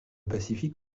pacifique